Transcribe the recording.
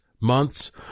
months